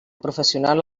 professional